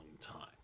time